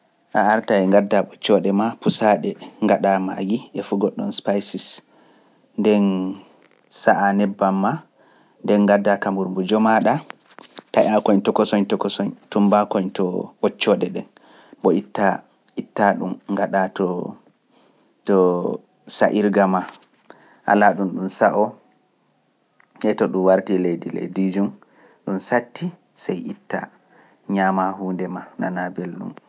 A arta e ngadda ɓoccooɗe ma, pusa ɗe, ngaɗa magi e fu godɗun spices, nden sa'a nebbam ma, nden ngadda kamburmbujo maɗa, taƴa koñ tokosoñ tokosoñ, tumba koñ to ɓoccooɗe ɗen, ɓo itta, itta ɗum, ngaɗa to sa'irga ma, ala ɗum ɗum sa'o, to ɗum warti leyadi leydiijum, ɗum satti, sey itta, ñama hunde ma, nana belɗum.